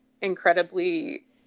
incredibly